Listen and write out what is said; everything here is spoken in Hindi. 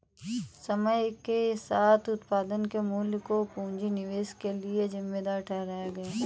समय के साथ उत्पादन के मूल्य को पूंजी निवेश के लिए जिम्मेदार ठहराया गया